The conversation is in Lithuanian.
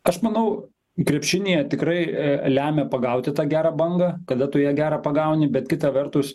aš manau krepšinyje tikrai lemia pagauti tą gerą bangą kada tu ją gerą pagauni bet kita vertus